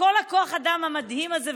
כל כוח האדם המדהים הזה,